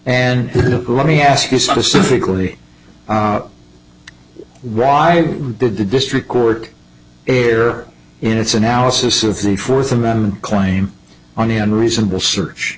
and let me ask you specifically why did the district court here in its analysis of the fourth amendment claim on the unreasonable search